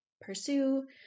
pursue